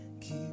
keep